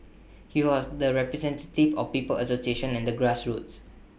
he was the representative of people's association and the grassroots